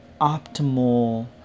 optimal